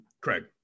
Craig